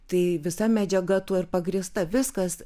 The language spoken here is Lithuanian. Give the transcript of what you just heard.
tai visa medžiaga tuo ir pagrįsta viskas